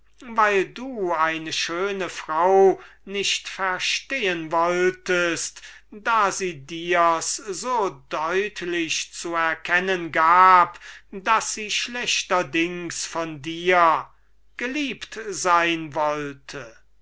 weil du eine schöne dame nicht verstehen wolltest da sie dir's so deutlich daß es der ganze hof einen einzigen ausgenommen verstehen konnte zu erkennen gab daß sie schlechterdings geliebt sein wollte